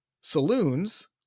Saloons